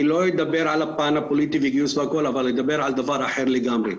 אני לא אדבר על הפן הפוליטי של הגיוס אבל אדבר על דבר אחר לגמרי.